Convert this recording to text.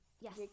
Yes